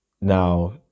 now